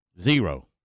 Zero